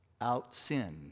outsin